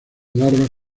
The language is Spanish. larvas